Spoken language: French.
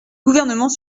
gouvernement